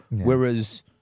Whereas